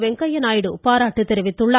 வெங்கய்ய நாயுடு பாராட்டு தெரிவித்துள்ளார்